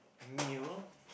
meal